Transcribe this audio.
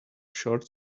short